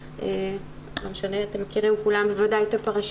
אתם מכירים כולם בוודאי את הפרשה,